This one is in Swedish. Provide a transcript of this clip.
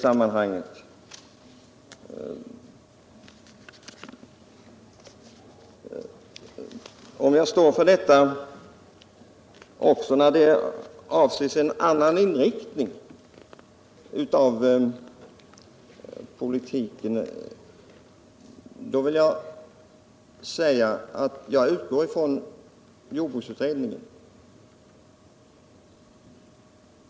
På frågan om jag står för min tolkning av utskottsutlåtandet vill jag svara att jag i det här avseendet utgår från jordbruksutredningen.